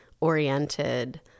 oriented